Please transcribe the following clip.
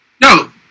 No